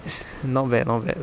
is not bad not bad